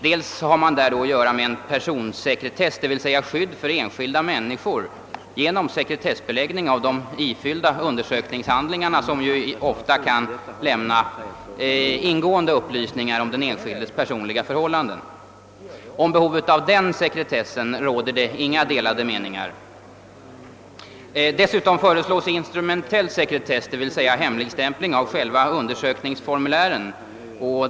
Där har man att göra med personsekretess, d.v.s. skydd för enskilda människor genom sekretessbeläggning av de ifyllda undersökningshandlingarna, som ofta kan lämna ingående upplysningar om den enskildes personliga förhållanden. Om behovet av den sekretessen råder inga delade meningar. Dessutom föreslås instrumentell sekretess, d.v.s. hemligstämpling av själva undersökningsformulären.